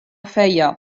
feia